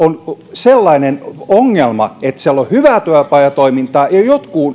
sellainen ongelma että siellä on hyvää työpajatoimintaa ja jotkut